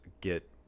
get